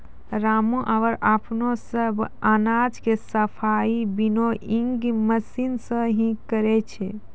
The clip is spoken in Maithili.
रामू आबॅ अपनो सब अनाज के सफाई विनोइंग मशीन सॅ हीं करै छै